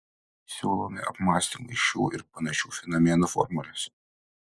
siūlome apmąstymui šių ir panašių fenomenų formules